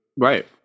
right